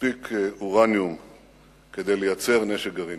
מספיק אורניום כדי לייצר נשק גרעיני.